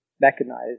mechanized